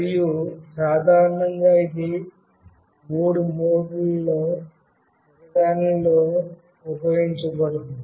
మరియు సాధారణంగా ఇది మూడు మోడ్లలో ఒకదానిలో ఉపయోగించబడుతుంది